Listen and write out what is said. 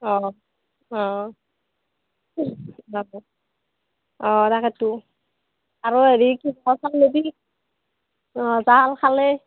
অ' অ' অ' তাকেটো আৰু হেৰি কি কয় অ' জাল খালৈ